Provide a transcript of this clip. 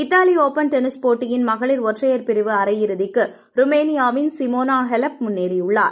Italy open tennis போட்டியின் மகளிர் ஒற்றையர் பிரிவு அரையிறுதிக்கு ருமேனியாவின் சிமோனா ஹெலப் முன்னேறியுள்ளார்